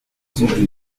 rue